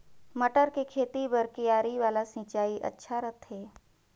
मटर के खेती बर क्यारी वाला सिंचाई अच्छा रथे?